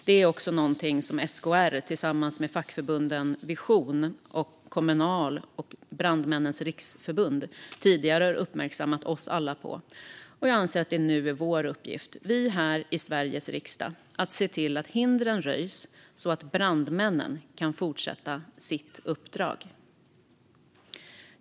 Detta är något som även SKR tillsammans med fackförbunden Vision, Kommunal och Brandmännens Riksförbund tidigare har uppmärksammat oss alla på. Jag anser att det nu är vår uppgift - vi här i Sveriges riksdag - att se till att hindren undanröjs så att brandmännen kan fortsätta sitt uppdrag.